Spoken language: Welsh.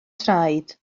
traed